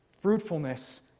Fruitfulness